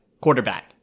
quarterback